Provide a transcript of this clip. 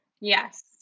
yes